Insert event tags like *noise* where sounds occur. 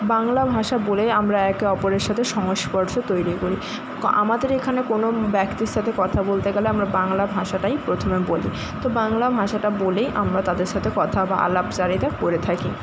বাংলা ভাষা বলেই আমরা একে অপরের সাথে সংস্পর্শ তৈরি করি *unintelligible* আমাদের এখানে কোনো ব্যক্তির সাথে কথা বলতে গেলে আমরা বাংলা ভাষাটাই প্রথমে বলি তো বাংলা ভাষাটা বলেই আমরা তাদের সাথে কথা বা আলাপচারিতা করে থাকি